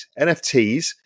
NFTs